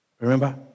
Remember